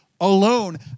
alone